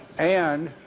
and